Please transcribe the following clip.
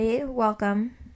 Welcome